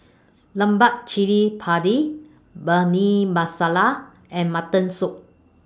Lemak Cili Padi Bhindi Masala and Mutton Soup